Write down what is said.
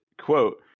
quote